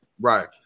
Right